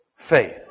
Faith